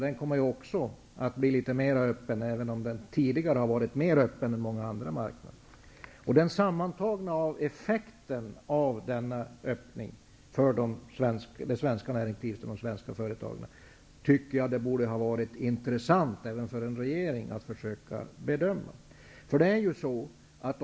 Den kommer ju också att bli litet mer öppen, även om den tidigare har varit mer öppen än många andra marknader. Det borde ha varit intressant även för regeringen att bedöma den sammantagna effekten av denna öppning för det svenska näringslivet och de svenska företagen.